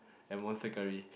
and monster-curry